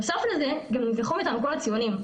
נוסף על זה, גם נלקחו מאיתנו כל הציונים.